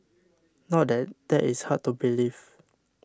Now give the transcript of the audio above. not that that is hard to believe